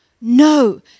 No